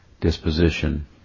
disposition